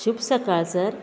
शुभ सकाळ सर